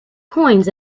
coins